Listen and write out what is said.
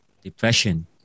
depression